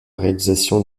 réalisation